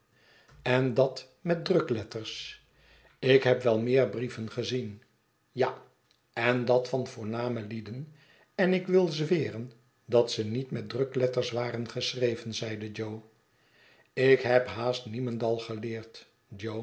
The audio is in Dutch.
en dat met drukletters ik heb wel meer brieven gezien ja en dat van voorname lieden en ik wil zweren dat ze niet met drukletters waren geschreven zeide jo ik heb haast niemendal geleerd